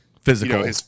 physical